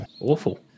Awful